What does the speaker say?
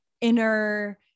inner